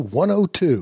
102